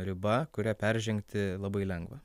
riba kurią peržengti labai lengva